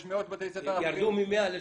יש מאות בתי ספר אחרים --- ירדו מ-100 ל-13?